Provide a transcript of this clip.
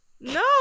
No